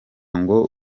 ngo